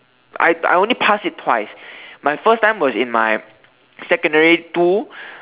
I I only pass it twice my first time was in my secondary two